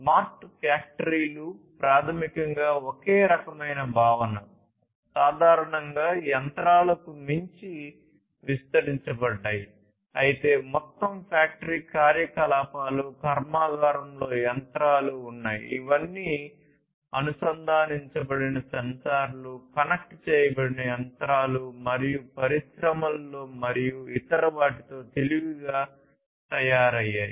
smart ఫ్యాక్టరీలు ప్రాథమికంగా ఒకే రకమైన భావన సాధారణ యంత్రాలకు మించి విస్తరించబడ్డాయి అయితే మొత్తం ఫ్యాక్టరీ కార్యకలాపాలు కర్మాగారంలో యంత్రాలు ఉన్నాయి ఇవన్నీ అనుసంధానించబడిన సెన్సార్లు కనెక్ట్ చేయబడిన యంత్రాలు మరియు పరిశ్రమలలో మరియు ఇతర వాటితో తెలివిగా తయారయ్యాయి